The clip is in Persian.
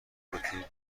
بتونی